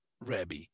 Rabbi